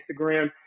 Instagram